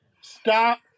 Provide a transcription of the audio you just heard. Stop